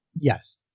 yes